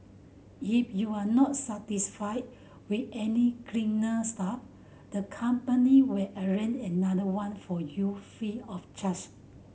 if you are not satisfied with any cleaner staff the company will arrange another one for you free of charge